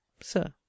sir